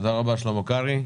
תודה רבה שלמה קרעי.